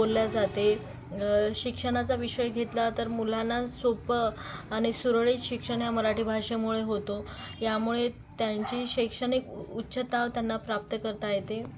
बोलले जाते शिक्षणाचा विषय घेतला तर मुलांना सोपं आणि सुरळीत शिक्षण हे मराठी भाषेमुळे होतं यामुळे त्यांची शैक्षणिक उच्चता त्यांना प्राप्त करता येते